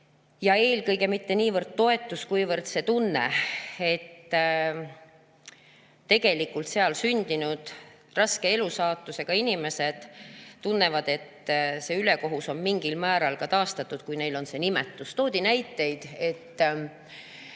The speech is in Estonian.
ole oluline] mitte niivõrd toetus, kuivõrd see tunne. Seal sündinud raske elusaatusega inimesed tunnevad, et see ülekohus on mingil määral ka [kaotatud], kui neil on see nimetus. Toodi näiteid, et